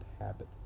habit